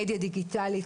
מדיה דיגיטלית,